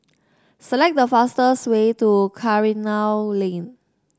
select the fastest way to Karikal Lane